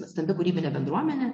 nuostabi kūrybinė bendruomenė